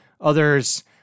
Others